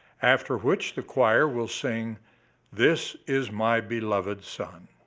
after which the choir will sing this is my beloved son.